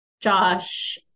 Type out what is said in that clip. Josh